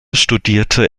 studierte